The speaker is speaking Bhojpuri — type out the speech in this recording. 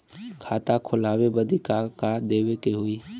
खाता खोलावे बदी का का देवे के होइ?